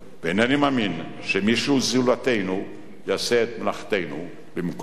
איני מאמין שמישהו זולתנו יעשה את מלאכתנו במקומנו.